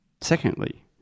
Secondly